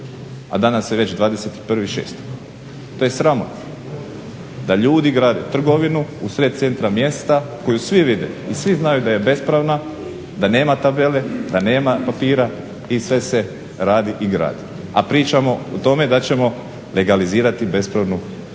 a danas je već 21.06. To je sramotno da ljudi grade trgovinu usred centra mjesta koju svi vide i svi znaju da je bespravna, da nema tabele, da nema papira i sve radi i gradi, a pričamo o tome da ćemo legalizirati bespravnu gradnju.